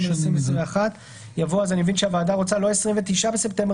2021)" יבוא "כ"ג בתשרי התשפ"ב (29 בספטמבר